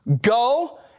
Go